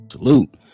salute